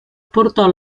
portò